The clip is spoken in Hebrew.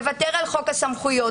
מוותר על חוק הסמכויות.